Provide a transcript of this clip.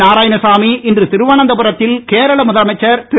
நாராயணசாமி இன்று திருவனந்தபுரத்தில் கேரள முதலமைச்சர் திரு